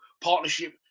partnership